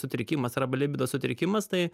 sutrikimas arba libido sutrikimas tai